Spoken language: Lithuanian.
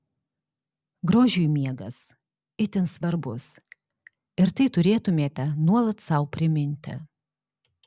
grožiui miegas itin svarbus ir tai turėtumėte nuolat sau priminti